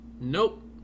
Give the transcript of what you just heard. Nope